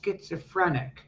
schizophrenic